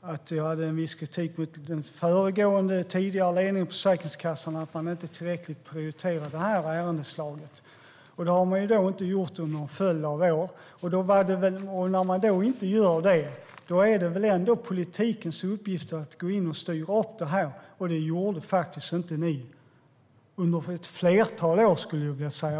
att jag i mitt huvudanförande framförde viss kritik mot den tidigare ledningen för Försäkringskassan, som inte prioriterade det här ärendeslaget tillräckligt under en följd av år. När man inte gör det är det väl ändå politikens uppgift att gå in och styra upp det, men under ett flertal år gjorde ni inte det.